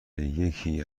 یکی